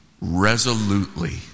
resolutely